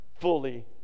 fully